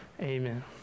amen